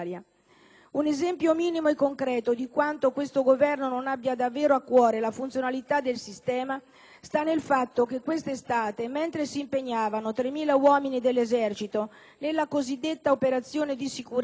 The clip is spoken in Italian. Un esempio minimo e concreto di quanto questo Governo non abbia davvero a cuore la funzionalità del sistema, sta nel fatto che questa estate mentre si impegnavano 3.000 uomini nell'esercito nella cosiddetta operazione di sicurezza,